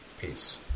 peace